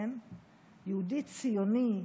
יהודי ציוני,